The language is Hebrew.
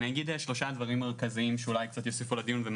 אני אגיד בקצרה שלושה דברים מרכזיים שיוסיפו לדיון.